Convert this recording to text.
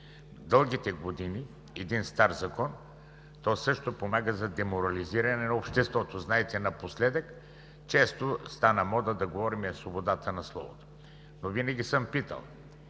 дългите години един стар закон също помага за деморализиране на обществото. Знаете, напоследък често стана мода да говорим за свободата на словото. Винаги обаче съм питал: